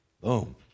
Boom